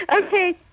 Okay